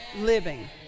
living